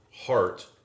Heart